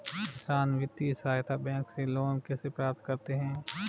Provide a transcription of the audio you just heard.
किसान वित्तीय सहायता बैंक से लोंन कैसे प्राप्त करते हैं?